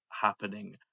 happening